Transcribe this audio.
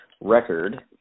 record